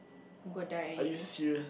I'm gonna die anyways